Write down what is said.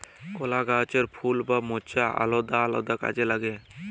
কলা গাহাচের ফুল বা মচা আলেদা আলেদা কাজে লাগে